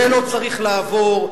זה לא צריך לעבור,